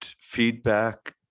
feedback